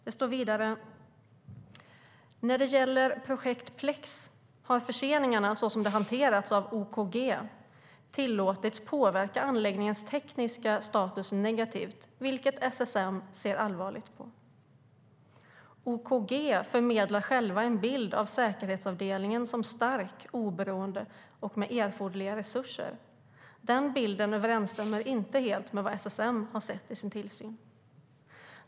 Det står vidare: "När det gäller projekt PLEX har förseningarna, så som de hanterats av OKG, tillåtits påverka anläggningens tekniska status negativt vilket SSM ser allvarligt på. OKG förmedlar själva en bild av säkerhetsavdelningen som stark, oberoende och med erforderliga resurser. Den bilden överensstämmer inte helt med vad SSM har sett vid sin tillsyn."